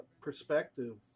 perspective